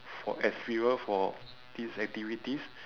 for as fuel for these activities